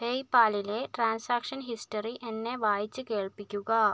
പേയ്പാലിലെ transaction history എന്നെ വായിച്ചു കേൾപ്പിക്കുക